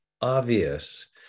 obvious